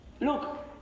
Look